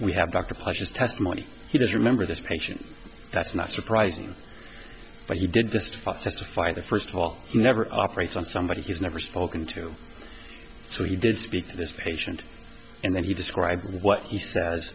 we have dr poshest testimony he does remember this patient that's not surprising but you did just fox testified to first of all he never operates on somebody he's never spoken to so he did speak to this patient and then he described what he sa